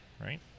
right